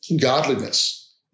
godliness